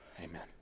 Amen